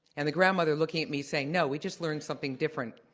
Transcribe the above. and the grandmother looking at me, saying, no, we just learned something different.